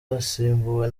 asimbuwe